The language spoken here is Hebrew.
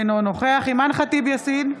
אינו נוכח אימאן ח'טיב יאסין,